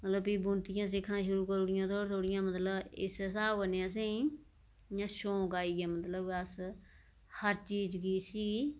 मतलब फ्ही बुनतियां सिक्खना शुरु करी ओड़ियां थोह्डियां थोह्डियां मतलब इस्सै स्हाब कन्नै असेंगी इयां शौक आई गेआ मतलब अस हर चीज गी इसी गी